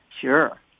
Sure